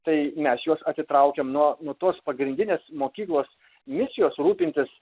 tai mes juos atitraukiam nuo nuo tos pagrindinės mokyklos misijos rūpintis